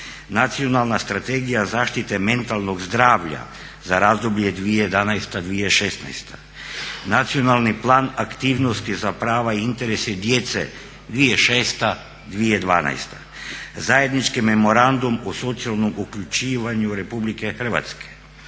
Nacionalna strategija zaštite mentalnog zdravlja za razdoblje 2011.-2016., Nacionalni plan aktivnosti za prava i interese djece 2006.-2012., Zajednički memorandum o socijalnom uključivanju RH, Zakon